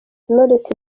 knowless